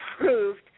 approved